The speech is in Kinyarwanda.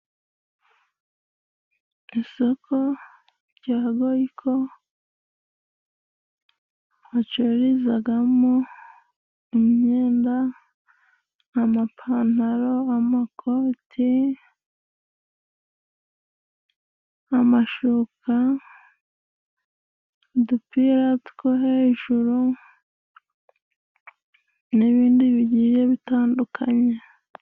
Isoko rya goyiko bacururizamo imyenda amapantaro, amakoti, amashuka, udupira two hejuru n'ibindi bigiye bitandukanye.